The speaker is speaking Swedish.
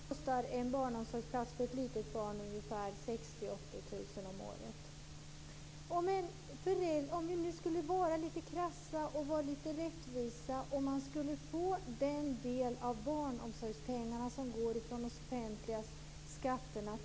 Fru talman! I Linköpings kommun kostar en barnomsorgsplats för ett litet barn ungefär 60 000-80 000 om året. Vi skulle kunna vara lite krassa och lite rättvisa och låta samtliga barn få den del av de barnomsorgspengar som kommer från de offentliga skatterna.